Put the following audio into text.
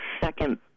second